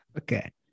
Okay